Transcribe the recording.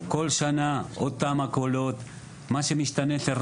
אחרי הפסקה קצרה נקיים דיון נוסף על